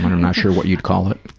i'm not sure what you'd call it.